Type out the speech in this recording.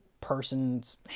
person's